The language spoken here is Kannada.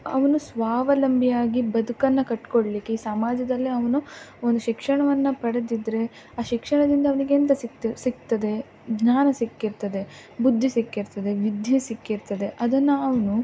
ಅವನು ಸ್ವಾವಲಂಬಿಯಾಗಿ ಬದುಕನ್ನು ಕಟ್ಟಿಕೊಳ್ಳಿಕ್ಕೆ ಈ ಸಮಾಜದಲ್ಲಿ ಅವನು ಒಂದು ಶಿಕ್ಷಣವನ್ನು ಪಡೆದಿದ್ದರೆ ಆ ಶಿಕ್ಷಣದಿಂದ ಅವನಿಗೆ ಎಂಥ ಸಿಗ್ತ ಸಿಗ್ತದೆ ಜ್ಞಾನ ಸಿಕ್ಕಿರ್ತದೆ ಬುದ್ಧಿ ಸಿಕ್ಕಿರ್ತದೆ ವಿದ್ಯೆ ಸಿಕ್ಕಿರ್ತದೆ ಅದನ್ನು ಅವನು